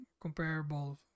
comparable